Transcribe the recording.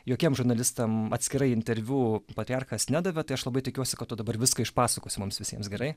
jokiem žurnalistam atskirai interviu patriarchas nedavė tai aš labai tikiuosi kad tu dabar viską išpasakosi mums visiems gerai